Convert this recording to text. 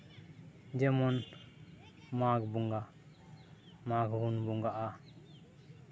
ᱡᱮᱢᱚᱱ ᱢᱟᱜᱽ ᱵᱚᱸᱜᱟ ᱢᱟᱜᱽ ᱵᱚᱱ ᱵᱚᱸᱜᱟᱜᱼᱟ